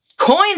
Coins